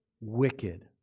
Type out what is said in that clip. Wicked